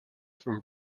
from